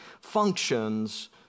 functions